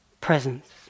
presence